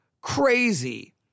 crazy